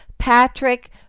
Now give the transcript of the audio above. Patrick